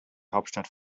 hauptstadt